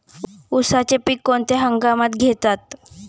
उसाचे पीक कोणत्या हंगामात घेतात?